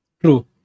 True